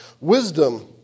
wisdom